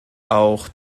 auch